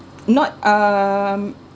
not um